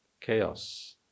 Chaos